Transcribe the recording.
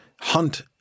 hunt